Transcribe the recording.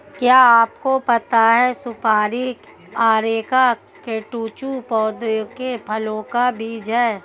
क्या आपको पता है सुपारी अरेका कटेचु पौधे के फल का बीज है?